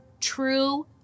true